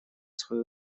свои